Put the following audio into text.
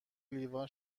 لیوان